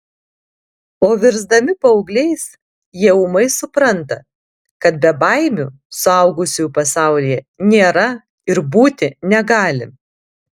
o virsdami paaugliais jie ūmai supranta kad bebaimių suaugusiųjų pasaulyje nėra ir būti negali